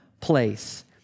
place